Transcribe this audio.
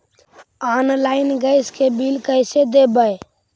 Online gas के bill कैसे देबै?